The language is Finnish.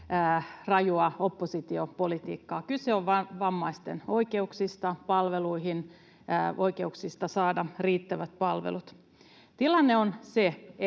rajua oppositiopolitiikkaa. Kyse on vain vammaisten oikeuksista palveluihin, oikeuksista saada riittävät palvelut. Tilanne on se,